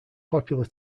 popular